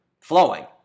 flowing